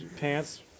pants